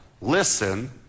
Listen